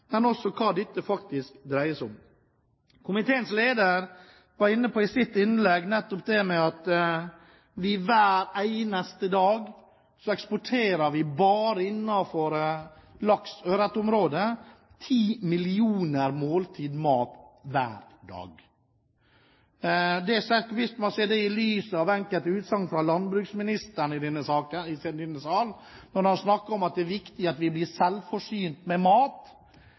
men også på hva dette faktisk dreier seg om. Komiteens leder var i sitt innlegg nettopp inne på det med at vi hver eneste dag bare innenfor laks- og ørretområdet eksporterer 10 millioner måltider mat. Hvis man ser det i lys av enkelte utsagn fra landsbruksministeren i denne sal når han har snakket om at det er viktig at vi blir selvforsynt med mat,